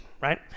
right